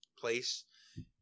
place